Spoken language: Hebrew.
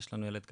יש לנו ילד קטן,